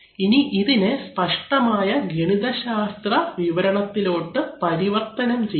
ഇനി ഇതിനെ സ്പഷ്ടമായ ഗണിതശാസ്ത്ര വിവരണത്തിലോട്ടു പരിവർത്തനം ചെയ്യണം